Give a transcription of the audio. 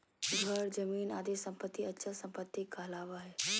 घर, जमीन आदि सम्पत्ति अचल सम्पत्ति कहलावा हइ